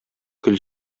көл